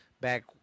back